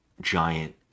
giant